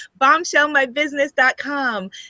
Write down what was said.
bombshellmybusiness.com